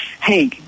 hey